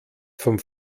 vom